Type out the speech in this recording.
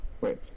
Wait